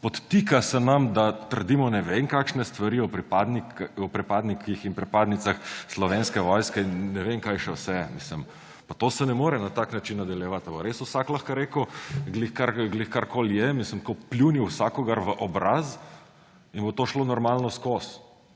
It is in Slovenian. Podtika se nam, da trdimo ne vem kakšne stvari o pripadnikih in pripadnicah Slovenske vojske in ne vem kaj še vse. Pa to se ne more na tak način nadaljevati. Ali bo res vsak lahko rekel ravno karkoli. Pljunil vsakogar v obraz in bo to šlo normalno skozi.